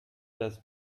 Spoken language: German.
das